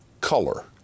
color